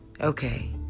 Okay